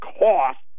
cost